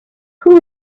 who